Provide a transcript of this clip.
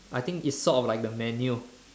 I think it's sort of like the menu